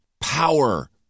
power